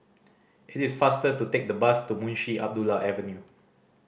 it is faster to take the bus to Munshi Abdullah Avenue